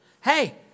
Hey